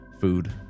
food